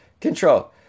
control